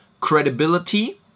credibility